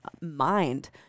mind